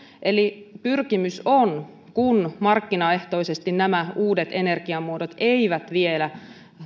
eli pyrkimys on kun markkinaehtoisesti nämä uudet energiamuodot eivät vielä